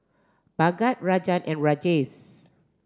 Bhagat Rajan and Rajesh